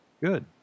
Good